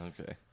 Okay